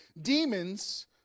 Demons